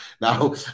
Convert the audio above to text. Now